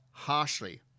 harshly